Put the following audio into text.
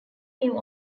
new